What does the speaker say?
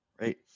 Right